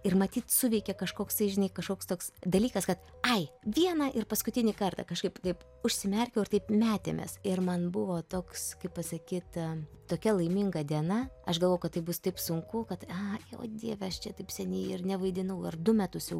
ir matyt suveikė kažkoksai žinai kažkoks toks dalykas kad ai vieną ir paskutinį kartą kažkaip taip užsimerkiau ir taip metėmės ir man buvo toks kaip pasakyta tokia laiminga diena aš galvojau kad tai bus taip sunku kad a o dieve aš čia taip seniai ir nevaidinau ar du metus jau